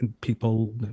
people